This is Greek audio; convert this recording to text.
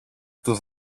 του